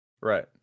Right